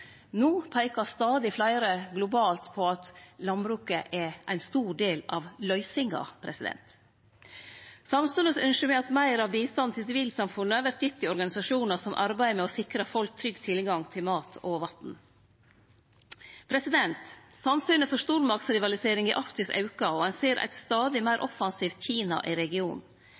No peikar stadig fleire globalt på at landbruket er ein stor del av løysinga. Samstundes ynskjer me at meir av bistanden til sivilsamfunnet vert gitt til organisasjonar som arbeider med å sikre folk tilgang til mat og vatn. Sannsynet for stormaktsrivalisering i Arktis aukar, og ein ser eit stadig meir offensivt Kina i regionen.